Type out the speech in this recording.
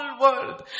world